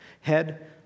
head